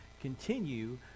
continue